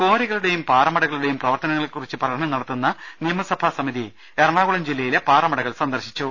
കാറികളുടെയും പാറമടകളുടെയും പ്രവർത്തനങ്ങളെക്കുറിച്ച് പഠനം നടത്തുന്ന നിയമസഭാസമിതി എറണാകുളം ജില്ലയിലെ പാറമടകൾ സന്ദർശിച്ചു